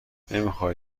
نمیخای